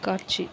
காட்சி